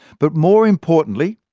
but more importantly,